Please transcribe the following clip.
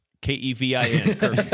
K-E-V-I-N